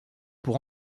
pour